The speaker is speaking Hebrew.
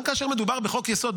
גם כאשר מדובר בחוק-יסוד,